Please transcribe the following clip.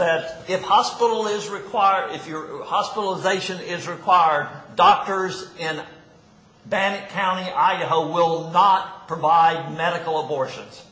that if hospital is required if your hospitalization is required doctors and band county idaho will not provide medical abortions